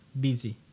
busy